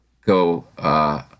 go